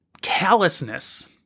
callousness